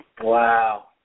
Wow